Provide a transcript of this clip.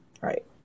Right